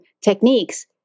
techniques